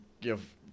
give